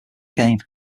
game